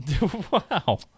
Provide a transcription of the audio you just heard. Wow